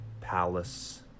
palace